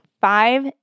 five